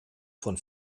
von